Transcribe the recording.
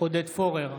עודד פורר,